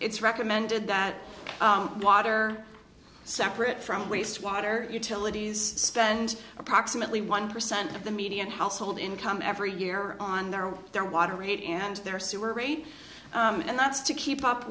it's recommended that water separate from waste water utilities spend approximately one percent of the median household income every year on their or their water rate and their sewer rate and that's to keep up